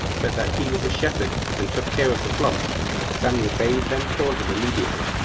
but that he was a shepherd, and took care of the flocks samuel bade them call him immediately,